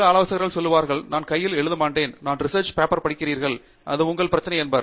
சில ஆலோசகர்கள் சொல்வார்கள் நான் கையில் எழுத மாட்டேன் நீங்கள் ரிசெர்ச் பேப்பர் படிக்கிறீர்கள் அது உங்கள் பிரச்சனை என்பார்